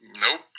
Nope